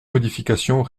modification